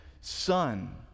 son